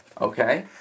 Okay